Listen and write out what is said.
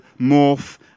morph